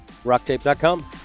rocktape.com